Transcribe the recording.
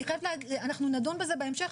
אנחנו נדון בזה בהמשך,